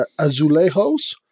azulejos